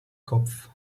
kopf